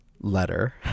letter